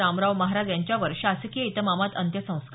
रामराव महाराज यांच्यावर शासकीय इतमामात अंत्यसंस्कार